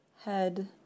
head